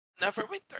Neverwinter